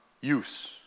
use